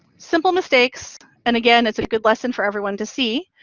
simple mistakes. and again, it's a good lesson for everyone to see.